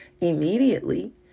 immediately